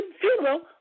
funeral